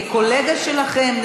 כי קולגה שלכם,